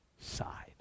side